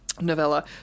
novella